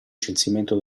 censimento